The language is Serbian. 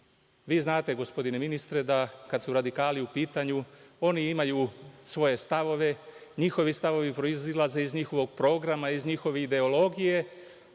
Vi znate, gospodine ministre, da kada su radikali u pitanju, oni imaju svoje stavove, njihovi stavovi proizilaze iz njihovog programa, iz njihove ideologije,